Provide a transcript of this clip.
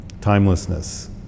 timelessness